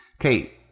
Okay